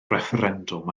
refferendwm